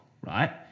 right